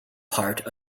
part